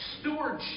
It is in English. stewardship